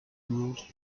ruled